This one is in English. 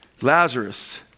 Lazarus